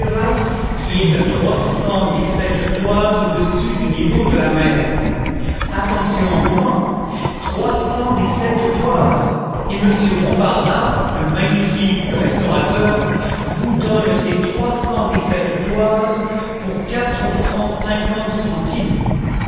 qui est à trois cent dix-sept toises au-dessus du niveau de la mer attention en buvant trois cent dix-sept toises et monsieur bombarda le magnifique restaurateur vous donne ces trois cent dix-sept toises pour quatre francs cinquante centimes